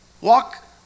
Walk